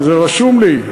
וזה רשום לי.